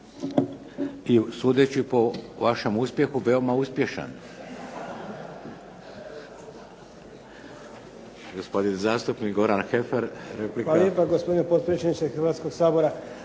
I sudeći po vašem uspjehu, veoma uspješan.